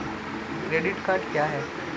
Credit card क्या है?